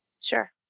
Sure